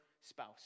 spouse